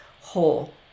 whole